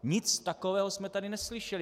Nic takového jsme tady neslyšeli.